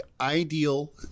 ideal